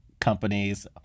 companies